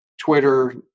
Twitter